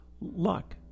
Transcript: Luck